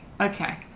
Okay